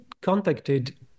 contacted